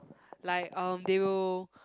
like um they will